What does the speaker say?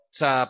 sa